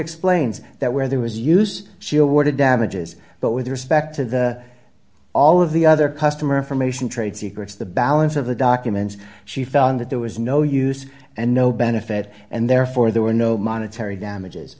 explains that where there was use she awarded damages but with respect to all of the other customer information trade secrets the balance of the documents she fell in that there was no use and no benefit and therefore there were no monetary damages